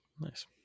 nice